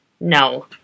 No